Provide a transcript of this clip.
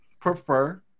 prefer